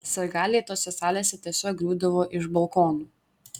sirgaliai tose salėse tiesiog griūdavo iš balkonų